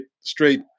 straight